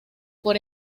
por